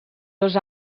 dos